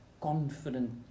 confident